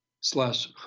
slash